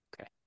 Okay